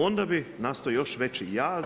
Onda bi nastao još veći jaz,